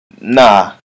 Nah